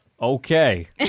Okay